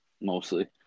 mostly